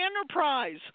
Enterprise